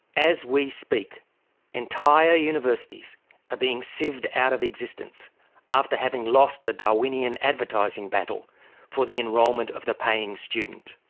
as we speak entire universities are being sieved out of existence after having lost a darwinian advertising battle for the enrolment of the paying student.